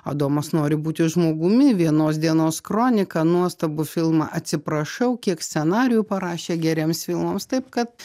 adomas nori būti žmogumi vienos dienos kronika nuostabų filmą atsiprašau kiek scenarijų parašė geriems filmams taip kad